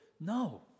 No